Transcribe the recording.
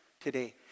today